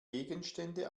gegenstände